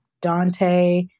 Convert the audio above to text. Dante